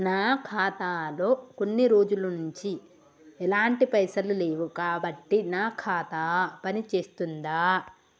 నా ఖాతా లో కొన్ని రోజుల నుంచి ఎలాంటి పైసలు లేవు కాబట్టి నా ఖాతా పని చేస్తుందా?